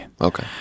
Okay